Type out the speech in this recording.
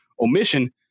omission